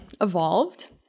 Evolved